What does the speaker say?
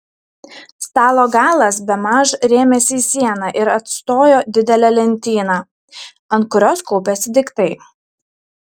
stalo galas bemaž rėmėsi į sieną ir atstojo didelę lentyną ant kurios kaupėsi daiktai